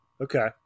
Okay